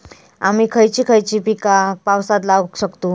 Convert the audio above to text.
आम्ही खयची खयची पीका पावसात लावक शकतु?